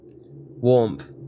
Warmth